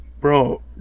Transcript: Bro